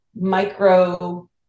micro